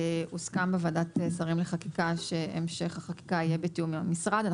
הוסכם בוועדת שרים לחקיקה שהמשך החקיקה יהיה בתיאום עם המשרד,